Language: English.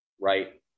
right